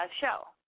show